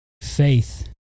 faith